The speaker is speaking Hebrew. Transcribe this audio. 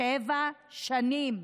שבע שנים.